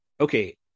okay